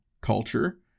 culture